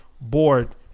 board